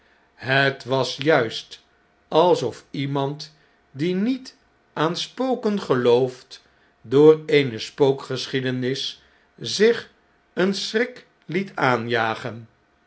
het was juist alsof iemand die niet aan spoken gelooft door eene spookgeschiedenis zich een schrik liet aanjagen